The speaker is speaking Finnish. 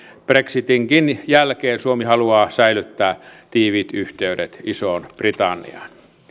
brexitinkin jälkeen suomi haluaa säilyttää tiiviit yhteydet isoon britanniaan